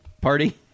party